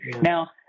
Now